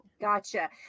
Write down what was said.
Gotcha